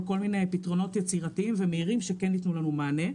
כל מיני פתרונות יצירתיים ומהירים שייתנו לנו מענה.